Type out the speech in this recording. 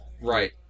Right